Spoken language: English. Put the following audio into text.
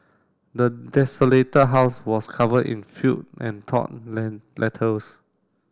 the desolated house was covered in filth and torn letters